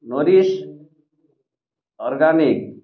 nourish organic